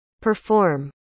perform